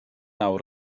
nawr